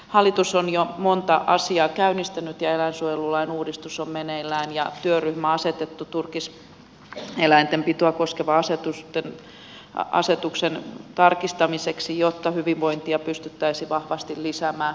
hallitus on jo monta asiaa käynnistänyt ja eläinsuojelulain uudistus on meneillään ja työryhmä on asetettu turkiseläinten pitoa koskevan asetuksen tarkistamiseksi jotta hyvinvointia pystyttäisiin vahvasti lisäämään